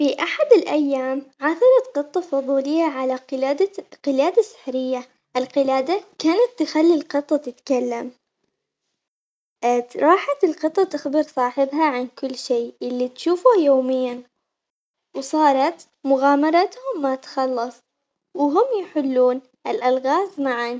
في أحد الأيام عثرت قطة فضولية على قلادة على قلادة سحرية، القلادة كانت تخلي القطة تتكلم، راحت القطة تخبر صاحبها عن كل شي اللي تشوفه يومياً وصارت مغامراتهم ما تخلص وهم يحلون الألغاز معاً.